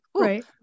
Right